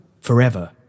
forever